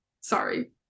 sorry